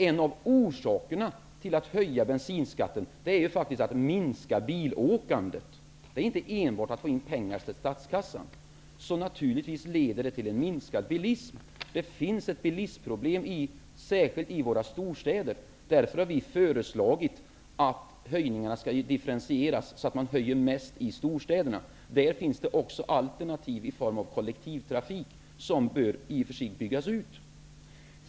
En av orsakerna till att man vill höja bensinskatten är faktiskt att man vill minska bilåkandet. Det är inte enbart att man vill få in pengar till statskassan. Naturligtvis leder detta till minskad bilism. Det finns ett bilismproblem, särskilt i våra storstäder. Därför har vi föreslagit att höjningarna skall differentieras, så att man höjer mest i storstäderna. Där finns också alternativ i form av kollektivtrafik, som i och för sig bör byggas ut.